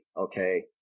Okay